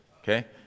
Okay